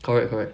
correct correct